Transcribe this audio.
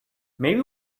maybe